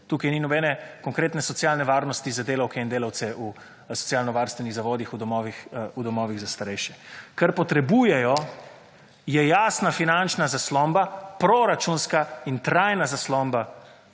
Tukaj ni nobene konkretne socialne varnosti za delavke in delavce v socialnovarstvenih zavodih, v domovih za starejše. Kar potrebujejo, je jasna finančna zaslomba, proračunska in trajna zaslomba